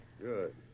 Good